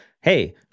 hey